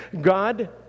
God